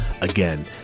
Again